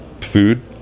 food